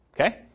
Okay